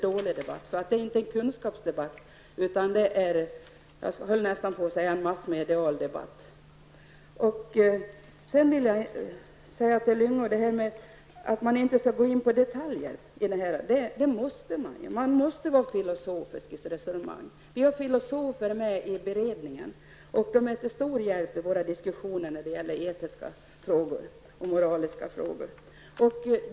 Då är det inte fråga om en kunskapsdebatt, utan då är det -- skulle jag vilja säga -- nästan en massmedial debatt. Sedan vill jag säga till Gösta Lyngå att det är nödvändigt att gå in på detaljer här. Det behövs också filosofi i det här resonemanget. I den aktuella beredningen sitter filosofer med. De är till stor hjälp i diskussionen om etiska och moraliska frågor.